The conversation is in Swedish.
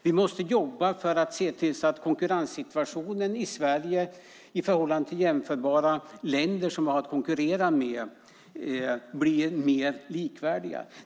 Vi måste jobba för att se till att konkurrenssituationen i Sverige blir mer likvärdig med den i jämförbara länder som vi har att konkurrera med.